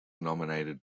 nominated